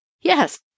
Yes